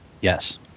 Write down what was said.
yes